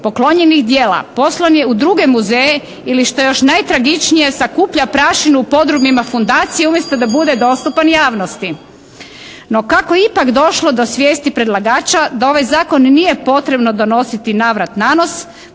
poklonjenih djela poslan je u druge muzeje ili što je još najtragičnije sakuplja prašinu u podrumima fundacije umjesto da bude dostupan javnosti. No kako je ipak došlo do svijesti predlagača da ovaj Zakon nije potrebno donositi navrat nanos